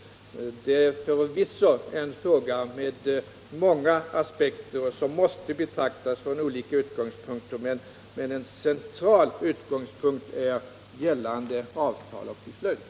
Frågan har förvisso många aspekter, och den måste betraktas från olika utgångspunkter. En central sådan utgångspunkt är emellertid gällande avtal och beslut.